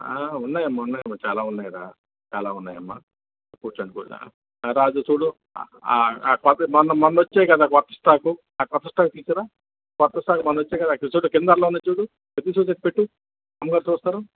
ఆ ఉన్నాయి అమ్మా ఉన్నాయి అమ్మా చాలా ఉన్నాయి రా చాలా ఉన్నాయి అమ్మా కూర్చోండి రాజు చూడు ఆ ఆ కొత్తవి మొన్న మొన్న వచ్చాయి కదా కొత్త స్టాకు ఆ కొత్త స్టాకు తీసుకోరా కొత్త స్టాకు మొన్న వచ్చాయి కదా అటు చూడు కింద అరలో ఉన్నాయి చూడు అవి తీసేసి ఇక్కడ పెట్టు అమ్మగారు చూస్తారు